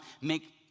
make